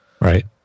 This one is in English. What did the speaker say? Right